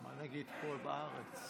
מה נגיד פה בארץ?